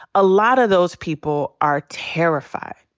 a lot of those people are terrified.